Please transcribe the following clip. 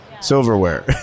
silverware